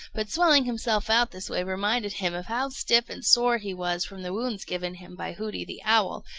but swelling himself out this way reminded him of how stiff and sore he was from the wounds given him by hooty the owl,